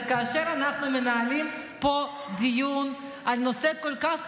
כאשר אנחנו מנהלים פה דיון על נושא כל כך חשוב,